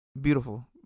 beautiful